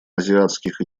азиатских